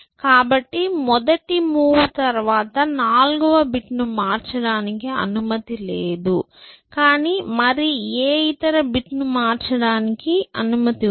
కాబట్టి మొదటి మూవ్తరువాత నాల్గవ బిట్ను మార్చడానికి అనుమతి లేదు కానీ మరే ఇతర బిట్ను మార్చడానికి అనుమతి ఉంది